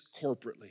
corporately